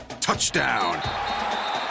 Touchdown